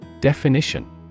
Definition